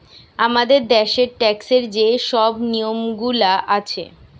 আমাদের দ্যাশের ট্যাক্সের যে শব নিয়মগুলা আছে